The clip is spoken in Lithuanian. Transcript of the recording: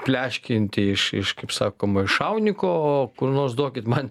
pleškinti iš iš kaip sakoma iš šauniko kur nors duokit man